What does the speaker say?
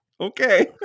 Okay